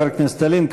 תודה לחבר הכנסת ילין.